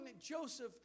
Joseph